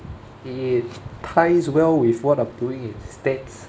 it ties well with what I'm doing in stats